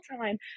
time